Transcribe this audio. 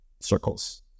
circles